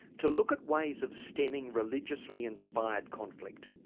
to look at ways of stemming religiously inspired conflict.